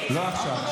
לא עכשיו.